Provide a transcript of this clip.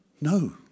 No